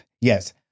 yes